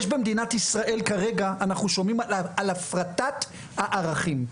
כרגע אנחנו שומעים על הפרטת הערכים.